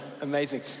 Amazing